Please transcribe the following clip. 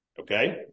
Okay